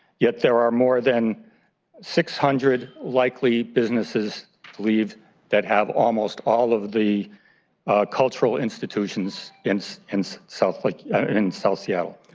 yet, there are more than six hundred likely businesses that have almost all of the cultural institutions in so and south like in south seattle.